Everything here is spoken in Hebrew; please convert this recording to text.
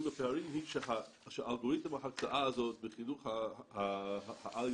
בפערים הוא שהאלגוריתם ההקצאה הזה בחינוך העל-יסודי